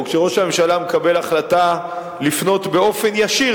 או כשראש הממשלה מקבל החלטה לפנות באופן ישיר